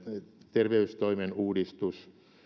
terveystoimen uudistus